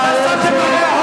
השר הרצוג.